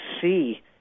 see